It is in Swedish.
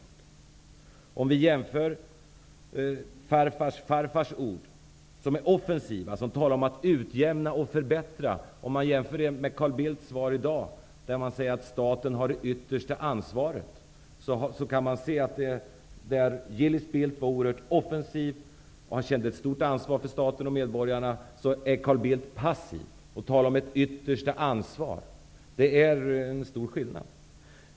Om vi jämför farfars farfars ord, som är offensiva och som talar om att utjämna och förbättra, med Carl Bildts svar i dag, där han säger att staten har det yttersta ansvaret, ser vi att där Gillis Bildt var oerhört offensiv och kände stort ansvar för staten och medborgarna är Carl Bildt passiv och talar om ett yttersta ansvar. Det är en stor skillnad.